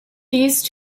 these